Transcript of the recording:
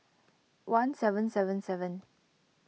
one seven seven seven